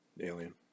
Alien